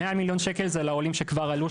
100 מיליון שקל זה לעולים שכבר עלו,